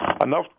enough